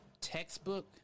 textbook